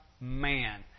man